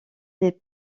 des